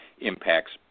impacts